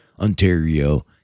Ontario